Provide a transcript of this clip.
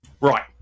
Right